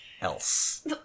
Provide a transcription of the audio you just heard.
else